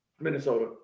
Minnesota